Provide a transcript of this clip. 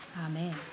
Amen